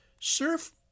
surf